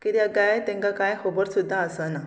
कित्याक काय तांकां कांय खबर सुद्दां आसना